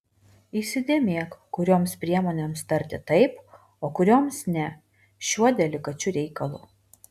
įsidėmėk kurioms priemonėms tarti taip o kurioms ne šiuo delikačiu reikalu